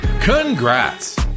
Congrats